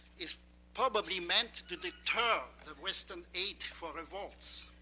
is probably meant to deter the western aid for revolts,